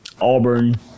Auburn